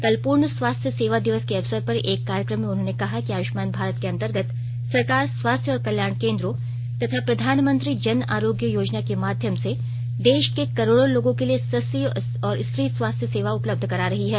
कल पूर्ण स्वास्थ्य सेवा दिवस के अवसर पर एक कार्यक्रम में उन्होंने कहा कि आयुष्मान भारत के अंतर्गत सरकार स्वास्थ्य और कल्याण केंद्रों तथा प्रधानमंत्री जन आरोग्य योजना के माध्यम से देश के करोड़ों लोगों के लिए सस्ती और स्त्री स्वास्थ्य सेवा उपलब्ध करा रही है